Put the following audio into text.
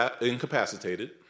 incapacitated